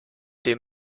dem